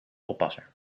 oppasser